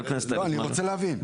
לא אני רוצה להבין.